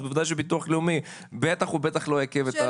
אז בוודאי שביטוח לאומי בטח ובטח לא יעכב את התשלום.